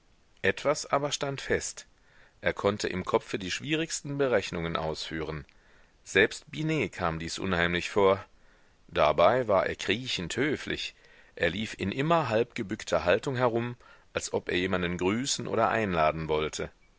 etwas aber stand fest er konnte im kopfe die schwierigsten berechnungen ausführen selbst binet kam dies unheimlich vor dabei war er kriechend höflich er lief in immer halb gebückter haltung herum als ob er jemanden grüßen oder einladen wollte